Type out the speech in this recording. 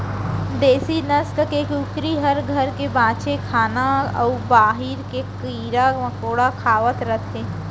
देसी नसल के कुकरी हर घर के बांचे खाना अउ बाहिर के कीरा मकोड़ा खावत रथे